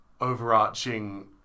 overarching